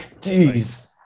Jeez